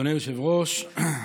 אדוני היושב-ראש,